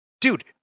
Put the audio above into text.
dude